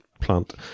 plant